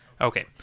okay